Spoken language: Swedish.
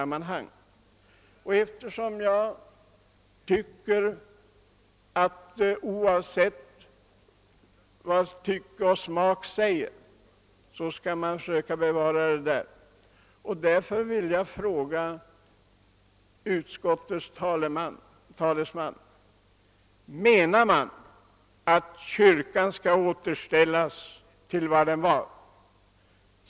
Men alldeles bortsett från tycke och smak anser jag att ett konstverk skall vara sådant som det en gång har skapats. Därför vill jag fråga utskottets talesman: Är det meningen att kyrkan skall återstäl Jas till vad den har varit?